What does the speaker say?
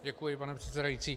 Děkuji, pane předsedající.